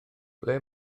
ble